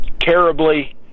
terribly